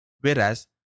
whereas